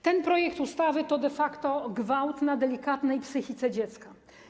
Ten projekt ustawy to de facto gwałt na delikatnej psychice dziecka.